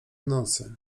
nocy